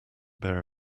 bear